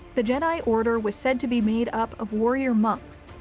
the jedi order was said to be made up of warrior monks,